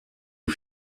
aux